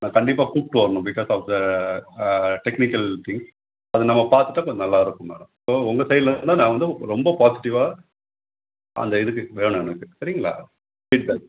நான் கண்டிப்பாக கூப்பிட்டு வரணும் because of the technical things அது நம்ம பார்த்துட்ட கொஞ்சம் நல்லாருக்கும் மேடம் ஸோ உங்கள் சைட்லருந்தால் நான் வந்து ரொம்ப பாசிட்டிவாக அந்த இதுக்கு வேணும் எனக்கு சரிங்களா ஃபீட்பேக்